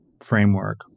framework